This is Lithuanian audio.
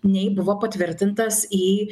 nei buvo patvirtintas į